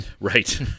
Right